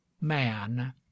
man